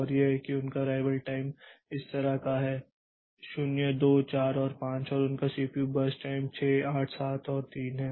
और यह कि उनका अराइवल टाइम इस तरह का है 0 2 4 और 5 और उनका सीपीयू बर्स्ट टाइम 6 8 7 और 3 है